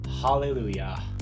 hallelujah